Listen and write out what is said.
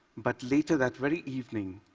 but later that very evening,